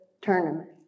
tournament